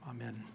Amen